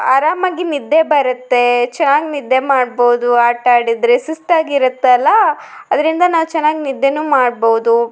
ಆರಾಮಾಗಿ ನಿದ್ದೆ ಬರುತ್ತೆ ಚೆನ್ನಾಗಿ ನಿದ್ದೆ ಮಾಡ್ಬೋದು ಆಟಾಡಿದರೆ ಸುಸ್ತಾಗಿರತ್ತಲ್ಲ ಅದರಿಂದ ನಾವು ಚೆನ್ನಾಗಿ ನಿದ್ದೆನೂ ಮಾಡ್ಬೋದು